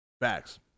Facts